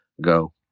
go